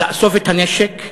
לאסוף את הנשק,